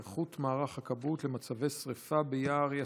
היערכות מערך הכבאות למצבי שרפה ביער יתיר.